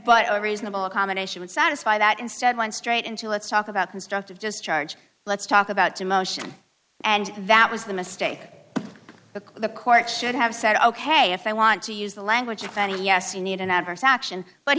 but a reasonable accommodation would satisfy that instead went straight into let's talk about constructive just charge let's talk about emotion and that was the mistake the court should have said ok if i want to use the language of any yes you need an adverse action but